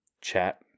chat